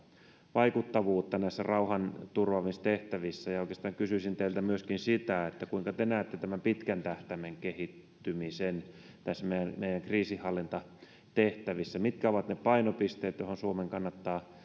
vaikuttavuutta näissä rauhanturvaamistehtävissä oikeastaan kysyisin teiltä myöskin sitä kuinka te te näette pitkän tähtäimen kehittymisen näissä meidän kriisinhallintatehtävissämme mitkä ovat ne painopisteet joihin suomen kannattaa